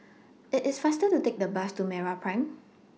IT IS faster to Take The Bus to Meraprime